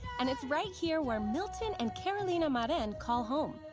and it's right here where milton and carolina marin call home.